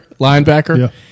linebacker